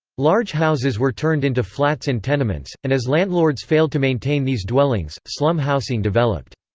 large houses were turned into flats and tenements, and as landlords failed to maintain these dwellings, slum housing developed.